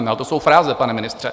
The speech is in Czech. Ale to jsou fráze, pane ministře.